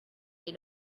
they